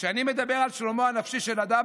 כשאני מדבר על שלומו הנפשי של אדם,